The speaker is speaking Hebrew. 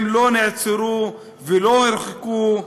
הם לא נעצרו ולא הורחקו,